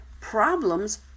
Problems